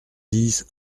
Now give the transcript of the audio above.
dix